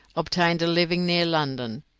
obtained a living near london,